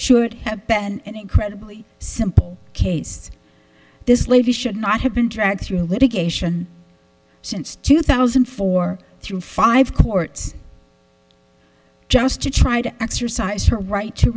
should have been and incredibly simple case this lady should not have been dragged through litigation since two thousand and four through five courts just to try to exercise her right to